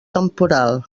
temporal